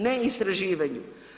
Ne istraživanju.